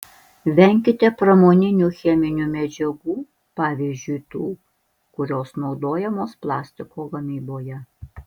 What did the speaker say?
venkite pramoninių cheminių medžiagų pavyzdžiui tų kurios naudojamos plastiko gamyboje